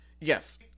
Yes